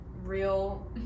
real